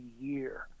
year